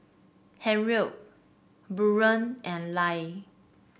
Harriet Buren and Lia